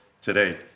today